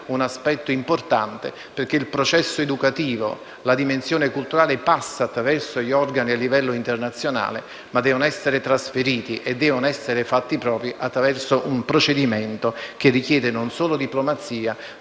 un aspetto importante, perché il processo educativo e la dimensione culturale passano attraverso gli organi a livello internazionale, ma devono essere trasferiti e fatti propri attraverso un procedimento che richiede non solo diplomazia, ma anche giusti